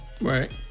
Right